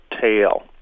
tail